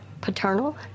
paternal